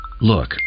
look